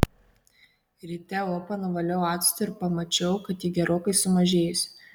ryte opą nuvaliau actu ir pamačiau kad ji gerokai sumažėjusi